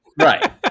right